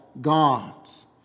gods